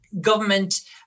government